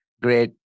Great